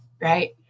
right